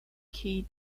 key